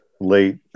late